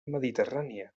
mediterrània